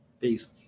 Peace